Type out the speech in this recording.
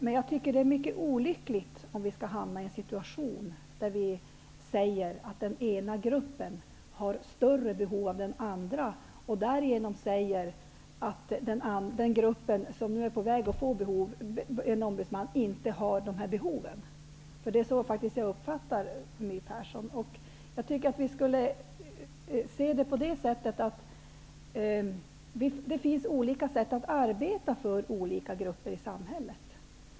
Men jag tycker att det är mycket olyckligt om vi skall hamna i en situation där vi säger att den ena gruppen har större behov än den andra och därigenom säger att den grupp som nu är på väg att få en ombudsman inte har det behovet. Det är faktiskt så jag uppfattar My Persson. Jag tycker att vi borde kunna se saken så att det finns olika sätt att arbeta för olika grupper i samhället.